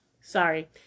sorry